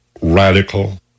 radical